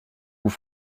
vous